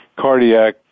Cardiac